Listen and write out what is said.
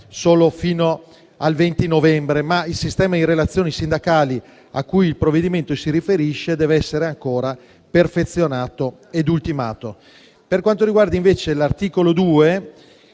solo fino al 20 novembre, ma il sistema di relazioni sindacali a cui il provvedimento si riferisce dev'essere ancora perfezionato e ultimato. Per quanto riguarda, invece, l'articolo 2,